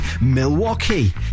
Milwaukee